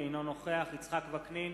אני קובע שההסתייגות לסעיף 12 לא נתקבלה.